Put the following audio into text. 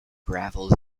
gravels